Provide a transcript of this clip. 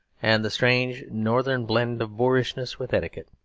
and the strange northern blend of boorishness with etiquette.